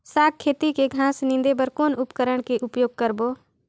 साग खेती के घास निंदे बर कौन उपकरण के उपयोग करबो?